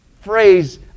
phrase